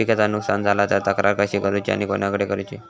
पिकाचा नुकसान झाला तर तक्रार कशी करूची आणि कोणाकडे करुची?